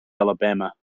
alabama